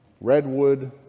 redwood